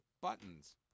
buttons